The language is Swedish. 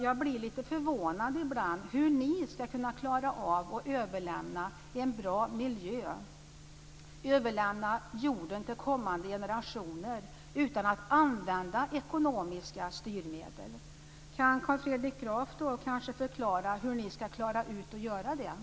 Jag blir lite förvånad ibland över hur ni ska klara av att överlämna en bra miljö, överlämna jorden till kommande generationer, utan att använda ekonomiska styrmedel. Kan Carl Fredrik Graf kanske förklara hur ni ska klara ut detta?